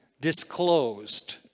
disclosed